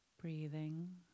Breathing